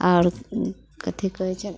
आओर कथी कहैत छै